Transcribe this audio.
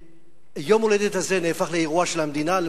ויום ההולדת הזה נהפך לאירוע של המדינה.